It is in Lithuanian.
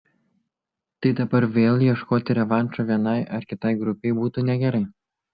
tai dabar vėl ieškoti revanšo vienai ar kitai grupei būtų negerai